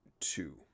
two